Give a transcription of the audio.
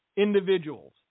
individuals